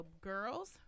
girls